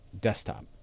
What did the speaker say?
desktop